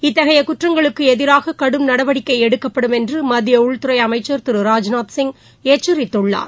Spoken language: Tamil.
இத்தகைய குற்றங்களுக்கு எதிராக கடும் நடவடிக்கை எடுக்கப்படும் என்று மத்திய உள்துறை அமைச்சர் திரு ராஜ்நாத் சிங் எச்சரித்துள்ளார்